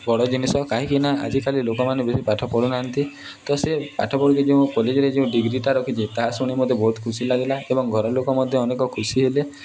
ବଡ଼ ଜିନିଷ କାହିଁକିନା ଆଜିକାଲି ଲୋକମାନେ ବେଶୀ ପାଠ ପଢ଼ୁନାହାନ୍ତି ତ ସେ ପାଠ ପଢ଼ିକି ଯେଉଁ କଲେଜ୍ରେ ଯେଉଁ ଡ଼ିଗ୍ରୀଟା ରଖିଛେ ତାହା ଶୁଣି ମୋତେ ବହୁତ ଖୁସି ଲାଗିଲା ଏବଂ ଘର ଲୋକ ମଧ୍ୟ ଅନେକ ଖୁସି ହେଲେ